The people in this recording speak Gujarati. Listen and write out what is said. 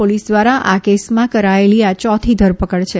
પોલીસ દ્વારા આ કેસમાં કરાયેલી આ યોથી ધરપકડ છે